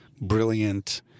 brilliant